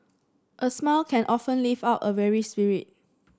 a smile can often lift up a weary spirit